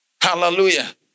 Hallelujah